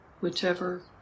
whichever